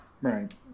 Right